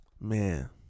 man